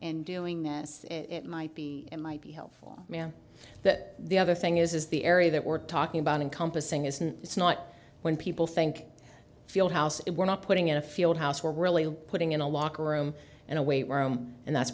and doing this it might be it might be helpful man that the other thing is the area that we're talking about encompassing isn't it's not when people think fieldhouse it we're not putting in a field house we're really putting in a locker room in a way where i am and that's